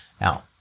Now